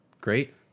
Great